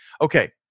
Okay